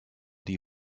die